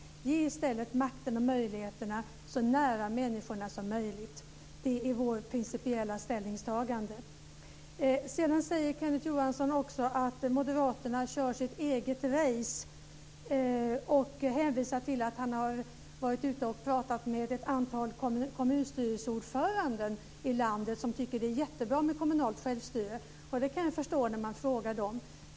Sätt i stället makten och möjligheterna så nära människorna som möjligt. Det är vårt principiella ställningstagande. Sedan säger Kenneth Johansson också att moderaterna kör sitt eget race, och hänvisar till att han har varit ute och pratat med ett antal kommunstyrelseordförande i landet som tycker det är jättebra med kommunalt självstyre. Det kan jag förstå, när man frågar dem!